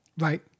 Right